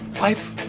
life